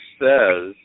says